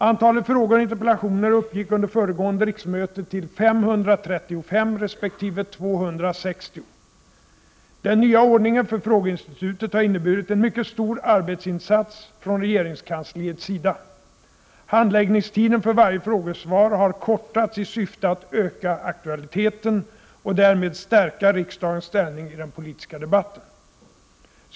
Antalet frågor och interpellationer uppgick under föregående riksmöte till 535 resp. 260. Den nya ordningen för frågeinstitutet har inneburit en mycket stor arbetsinsats från regeringskansliets sida. Handläggningstiden för varje frågesvar har kortats i syfte att öka aktualiteten och därmed stärka riksdagens ställning i den politiska debatten.